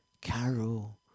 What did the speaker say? Carol